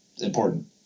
important